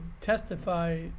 testify